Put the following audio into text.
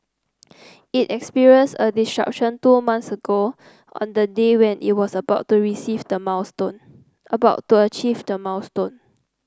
it experienced a disruption two months ago on the day when it was about to receive the milestone about to achieve the milestone